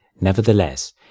Nevertheless